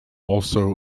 also